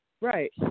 Right